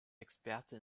experte